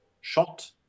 shot